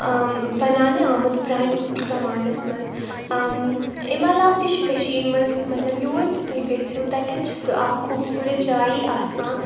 بَنانہٕ آمُت پَرانہِ زَمانَس منٛز امہِ عَلاوٕ تہِ چھِ کٔشیٖر منٛز مطلب یور تہِ تۄہہِ گٔژھِو تَتؠتھ چھِ اَکھ خوبصوٗرَت جاے آسان